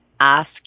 Ask